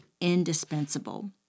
indispensable